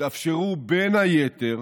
התאפשרו בין היתר